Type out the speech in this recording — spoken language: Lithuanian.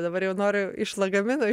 dabar jau noriu iš lagamino